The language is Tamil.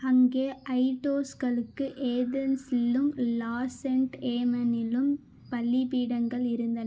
அங்கே ஐடோஸ்களுக்கு ஏதென்ஸிலும் லாசெண்ட் ஏமெனிலும் பலிபீடங்கள் இருந்தன